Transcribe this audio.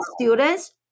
students